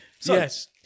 Yes